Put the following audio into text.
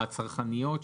הצרכניות,